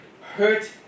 hurt